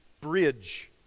bridge